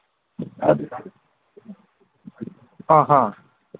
ꯑꯍꯥ